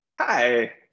Hi